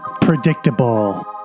predictable